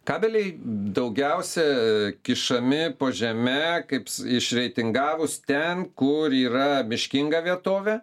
kabeliai daugiausia kišami po žeme kaip iš reitingavus ten kur yra miškinga vietovė